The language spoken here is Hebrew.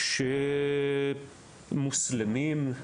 מוסלמים,